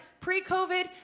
pre-COVID